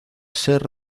ser